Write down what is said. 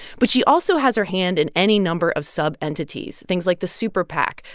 but she also has her hand in any number of subentities things like the superpac,